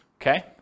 okay